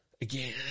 again